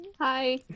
Hi